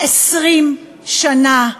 20 שנה חלפו,